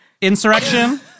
insurrection